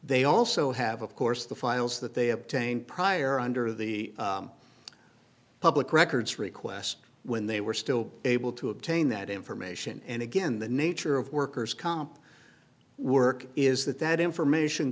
they also have of course the files that they obtained prior under the public records requests when they were still able to obtain that information and again the nature of worker's comp work is that that information